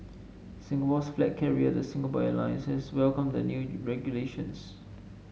Singapore's flag carrier the Singapore Airlines has welcomed the new regulations